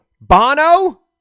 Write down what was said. Bono